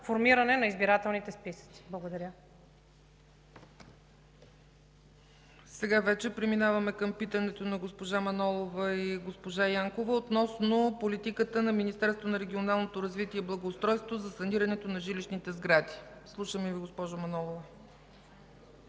на избирателните списъци. Благодаря. ПРЕДСЕДАТЕЛ ЦЕЦКА ЦАЧЕВА: Преминаваме към питането на госпожа Манолова и госпожа Янкова относно политиката на Министерството на регионалното развитие и благоустройството за санирането на жилищните сгради. Слушаме Ви, госпожо Манолова.